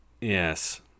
Yes